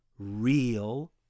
Real